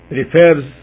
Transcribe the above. refers